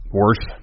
worse